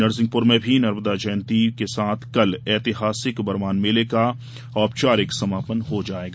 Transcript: नरसिंहपुर में भी नर्मदा जयंती के साथ कल ऐतिहासिक बरमान मेर्ले का औपचारिक समापन हो जायेगा